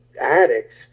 addicts